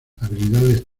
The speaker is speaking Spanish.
habilidades